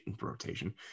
rotation –